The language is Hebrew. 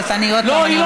אבל אני עוד פעם,